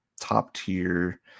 top-tier